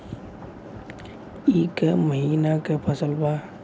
ई क महिना क फसल बा?